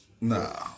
No